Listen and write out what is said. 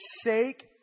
sake